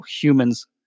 humans